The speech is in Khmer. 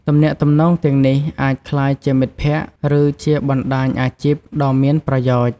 ទំនាក់ទំនងទាំងនេះអាចក្លាយជាមិត្តភក្តិ ឬជាបណ្ដាញអាជីពដ៏មានប្រយោជន៍។